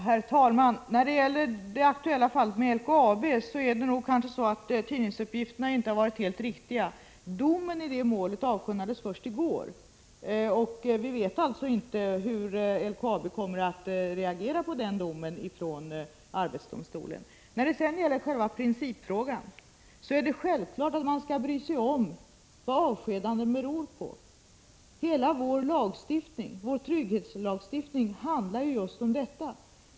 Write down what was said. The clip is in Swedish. Herr talman! När det gäller det aktuella fallet med LKAB har nog inte tidningsuppgifterna varit helt riktiga. Domen i målet avkunnades först i går. Vi vet alltså inte hur LKAB kommer att reagera på denna dom från arbetsdomstolen. Så till själva principfrågan. Självfallet skall man bry sig om vad avskedanden beror på. Hela vår trygghetslagstiftning handlar om just detta.